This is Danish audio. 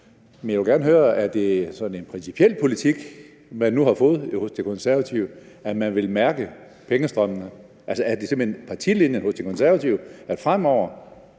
Men jeg vil gerne høre, om det er sådan en principiel politik, man nu har fået hos De Konservative, at man vil mærke pengestrømmene. Altså, er det simpelt hen partilinjen hos De Konservative, at man fremover